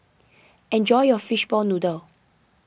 enjoy your Fishball Noodle